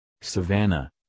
savannah